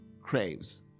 craves